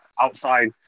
outside